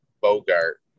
Bogart